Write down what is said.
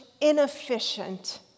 inefficient